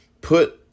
Put